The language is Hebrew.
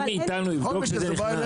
מי מאיתנו יבדוק שזה נכנס?